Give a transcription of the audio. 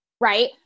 right